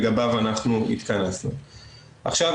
חס וחלילה, זה ממש לא העניין.